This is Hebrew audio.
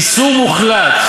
איסור מוחלט.